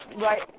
right